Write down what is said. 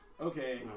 Okay